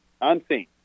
Unseen